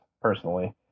personally